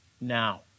now